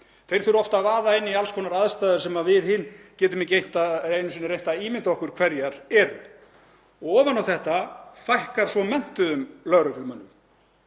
Þeir þurfa oft að vaða inn í alls konar aðstæður sem við hin getum ekki einu sinni reynt að ímynda okkur hverjar eru. Ofan á þetta fækkar svo menntuðum lögreglumönnum.